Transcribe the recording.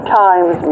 times